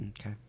Okay